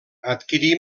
adquirí